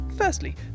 Firstly